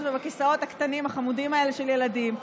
ובכיסאות הקטנים החמודים האלה של ילדים,